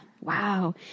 Wow